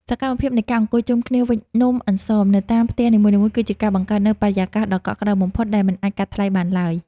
សកម្មភាពនៃការអង្គុយជុំគ្នាវេចនំអន្សមនៅតាមផ្ទះនីមួយៗគឺជាការបង្កើតនូវបរិយាកាសដ៏កក់ក្ដៅបំផុតដែលមិនអាចកាត់ថ្លៃបានឡើយ។